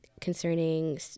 concerning